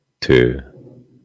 two